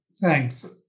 Thanks